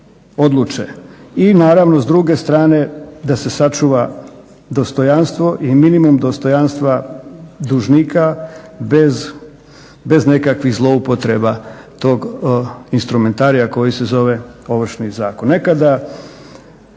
I naravno s druge strane da se sačuva dostojanstvo i minimum dostojanstva dužnika bez nekakvih zloupotreba tog instrumentarija koji se zove Ovršni zakon.